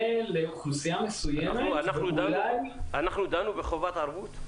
לאוכלוסייה מסוימת --- אנחנו דנו בחובת ערבות?